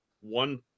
one